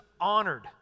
honored